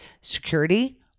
security